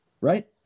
Right